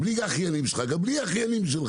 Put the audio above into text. גם בלי האחיינים שלך,